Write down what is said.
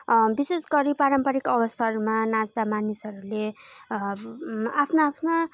विशेष गरी पारम्परिक अवसरमा नाच्दा मानिसहरूले आफ्ना आफ्ना